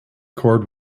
cord